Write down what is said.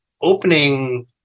opening